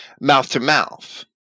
mouth-to-mouth